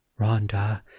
Rhonda